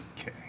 Okay